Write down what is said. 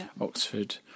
Oxford